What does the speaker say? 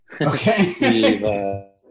Okay